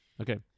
Okay